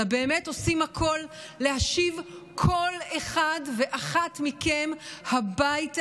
אלא באמת עושים הכול כדי להשיב כל אחד ואחת מכם הביתה.